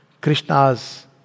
Krishna's